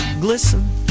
glisten